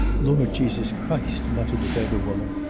lord jesus christ muttered the beggar-woman,